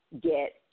get